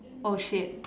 oh shit